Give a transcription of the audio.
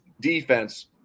defense